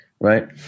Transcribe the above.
Right